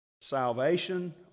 salvation